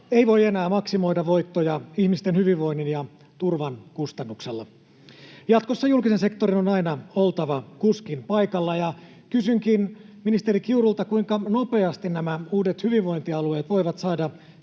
ei voi enää maksimoida voittoja ihmisten hyvinvoinnin ja turvan kustannuksella. Jatkossa julkisen sektorin on aina oltava kuskin paikalla. Kysynkin ministeri Kiurulta: kuinka nopeasti nämä uudet hyvinvointialueet voivat saada